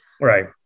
Right